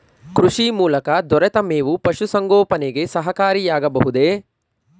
ಕೃಷಿ ಮೂಲಕ ದೊರೆತ ಮೇವು ಪಶುಸಂಗೋಪನೆಗೆ ಸಹಕಾರಿಯಾಗಬಹುದೇ?